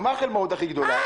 מה החלמאות הכי גדולה?